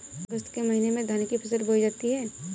अगस्त के महीने में धान की फसल बोई जाती हैं